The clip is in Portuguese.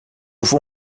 vou